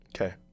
Okay